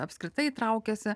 apskritai traukiasi